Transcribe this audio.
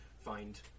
find